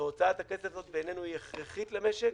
והוצאת הכסף הזו בעינינו היא הכרחית למשק,